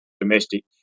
domestic